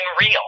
real